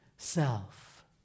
self